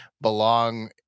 belong